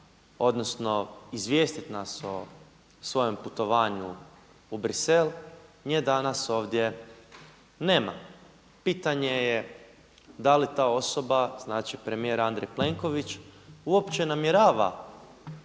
odnosno izvijestiti nas o svojem putovanju u Bruxelles, nje danas ovdje nema. Pitanje je da li ta osoba znači premijer Andrej Plenković uopće namjera